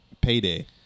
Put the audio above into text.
payday